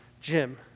Jim